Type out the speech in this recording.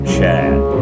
Chad